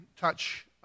touch